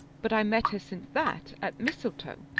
but i met her since that at mistletoe.